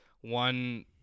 one